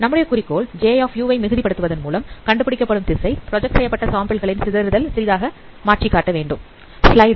நம்முடைய குறிக்கோள் J வை மிகுதி படுத்துவதன் மூலம் கண்டுபிடிக்கப்படும் திசை பிராஜக்ட் செய்யப்பட்ட சாம்பிள்கள் களின் சிதறுதல் சிறிதாக இருக்க வேண்டும்